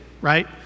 right